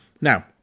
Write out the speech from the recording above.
Now